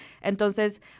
Entonces